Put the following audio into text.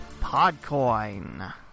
Podcoin